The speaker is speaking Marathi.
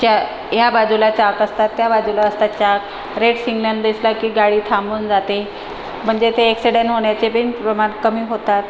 त्या ह्या बाजूला चाक असतात त्या बाजूला असतात चाक रेड सिग्नल दिसला की गाडी थांबून जाते म्हणजे ते एक्सीडेन होण्याचे बी प्रमाण कमी होतात